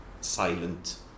silent